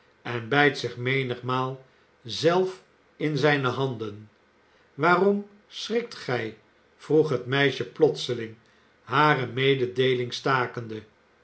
en bijt zich menigmaal zelf in zijne handen waarom schrikt gij vroeg het meisje plotseling hare mededeeling stakende